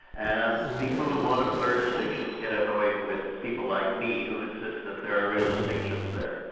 and people who want to blur distinctions get annoyed with people like me, who insist that there are real distinctions there.